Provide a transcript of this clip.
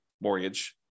mortgage